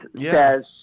says